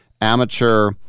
amateur